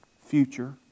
future